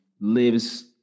lives